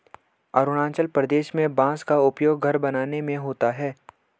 अरुणाचल प्रदेश में बांस का उपयोग घर बनाने में होता है